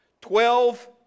Twelve